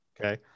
okay